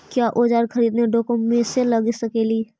क्या ओजार खरीदने ड़ाओकमेसे लगे सकेली?